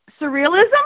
Surrealism